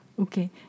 Okay